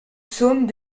psaumes